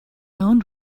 owned